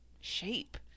shape